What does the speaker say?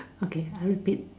okay I repeat